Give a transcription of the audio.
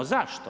Zašto?